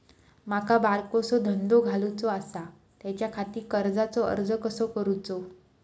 माका बारकोसो धंदो घालुचो आसा त्याच्याखाती कर्जाचो अर्ज कसो करूचो?